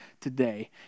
today